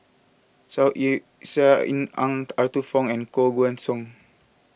Saw Ean seal in Ang Arthur Fong and Koh Guan Song